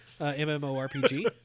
MMORPG